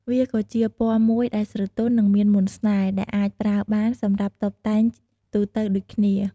វាក៏ជាពណ៌មួយដែលស្រទន់ និងមានមន្តស្នេហ៍ ដែលអាចប្រើបានសម្រាប់តុបតែងទូទៅដូចគ្នា។